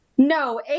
No